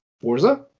forza